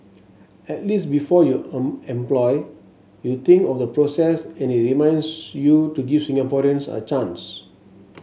at least before you employ you think of the process and it reminds you to give Singaporeans a chance